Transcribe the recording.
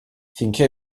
finché